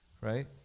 Right